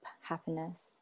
happiness